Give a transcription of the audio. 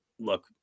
Look